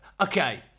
okay